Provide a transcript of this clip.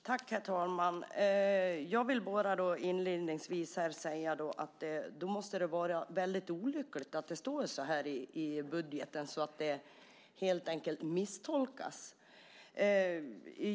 Herr talman! Jag vill inledningsvis säga att det måste vara väldigt olyckligt att det står så här i budgeten så att texten helt enkelt misstolkas.